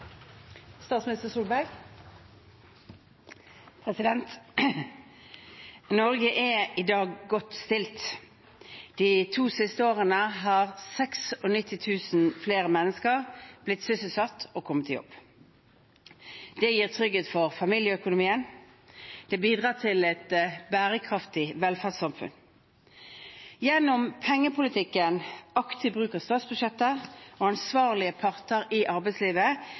dag godt stilt. De to siste årene har 96 000 flere mennesker blitt sysselsatt og kommet i jobb. Det gir trygghet for familieøkonomien, og det bidrar til et bærekraftig velferdssamfunn. Gjennom pengepolitikken, aktiv bruk av statsbudsjettet og ansvarlige parter i arbeidslivet